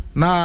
na